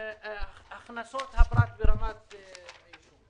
הכנסות הפרט ברמת היישוב.